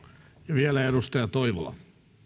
ja vielä edustaja toivola